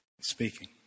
speaking